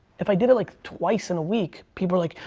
if i did it like twice in a week people are like,